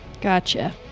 Gotcha